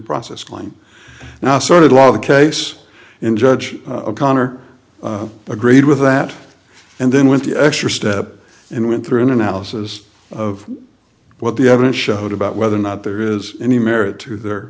process going now started law the case in judge connor agreed with that and then went the extra step and went through an analysis of what the evidence showed about whether or not there is any merit to their